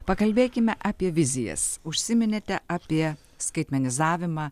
pakalbėkime apie vizijas užsiminėte apie skaitmenizavimą